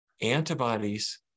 antibodies